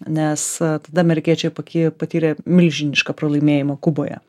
nes tada amerikiečiai paki patyrė milžinišką pralaimėjimą kuboje